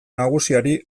nagusiari